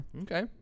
okay